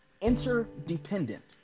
interdependent